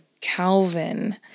Calvin